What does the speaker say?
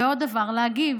ועוד דבר, להגיב,